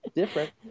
different